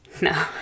No